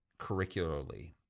curricularly